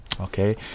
Okay